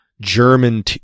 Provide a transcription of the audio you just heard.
German